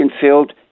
field